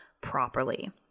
properly